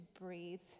breathe